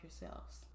yourselves